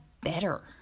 better